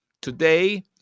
Today